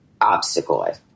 obstacle